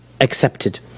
accepted